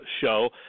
show